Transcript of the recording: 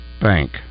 Bank